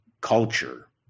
culture